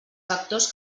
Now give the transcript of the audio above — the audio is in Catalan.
factors